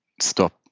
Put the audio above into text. stop